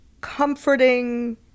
comforting